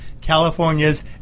California's